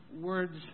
words